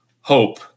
hope